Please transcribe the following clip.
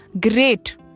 great